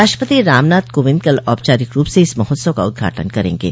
राष्ट्रपति रामनाथ कोविंद कल औपचारिक रूप से इस महोत्सव का उद्घाटन करेंगे